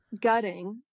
gutting